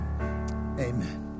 amen